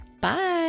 Bye